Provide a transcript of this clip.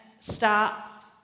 Stop